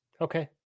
Okay